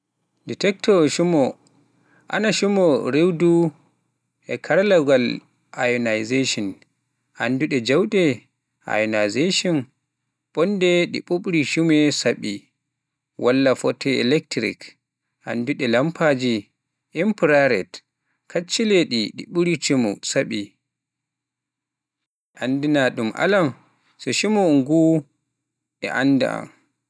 Detector cumu ana cumu rewdu e karalawgal ionization (anndude jawɗe ionization bonnde ɗi ɓuuɓri cume saɓi) walla foti elektrik (anndude lampaaji infrared kaccileeɗi ɗi ɓurii cumu saɓi), addana-ɗum alarm so cumu nguu e annda. Curɗe